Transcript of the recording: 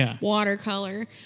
watercolor